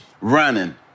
running